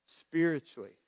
spiritually